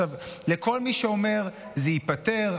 לכל מי שאומר שזה ייפתר,